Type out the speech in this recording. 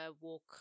walk